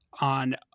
on